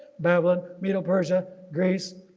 babylon medo-persia, greece,